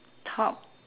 top